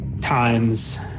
times